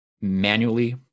manually